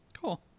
Cool